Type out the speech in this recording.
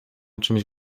czymś